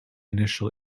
initial